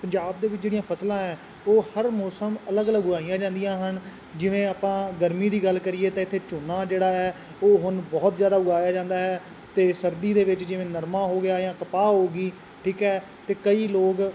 ਪੰਜਾਬ ਦੇ ਵਿੱਚ ਜਿਹੜੀਆਂ ਫ਼ਸਲਾਂ ਹੈ ਉਹ ਹਰ ਮੌਸਮ ਅਲੱਗ ਅਲੱਗ ਉਗਾਈਆਂ ਜਾਂਦੀਆਂ ਹਨ ਜਿਵੇਂ ਆਪਾਂ ਗਰਮੀ ਦੀ ਗੱਲ ਕਰੀਏ ਤਾਂ ਇੱਥੇ ਝੋਨਾ ਜਿਹੜਾ ਹੈ ਉਹ ਹੁਣ ਬਹੁਤ ਜ਼ਿਆਦਾ ਉਗਾਇਆ ਜਾਂਦਾ ਹੈ ਅਤੇ ਸਰਦੀ ਦੇ ਵਿੱਚ ਜਿਵੇਂ ਨਰਮਾ ਹੋ ਗਿਆ ਜਾਂ ਕਪਾਹ ਹੋ ਗਈ ਠੀਕ ਹੈ ਅਤੇ ਕਈ ਲੋਕ